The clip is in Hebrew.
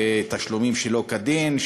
ותשלומים שלא כדין,